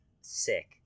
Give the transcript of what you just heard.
Sick